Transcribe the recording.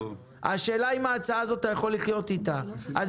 השאלה אם אתה יכול לחיות עם ההצעה הזאת.